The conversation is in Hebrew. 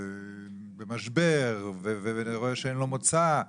במשבר ונראה לו שאין לו מוצא,